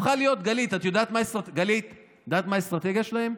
הפכה להיות, גלית, את יודעת מה האסטרטגיה שלהם?